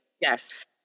Yes